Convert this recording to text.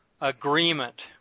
agreement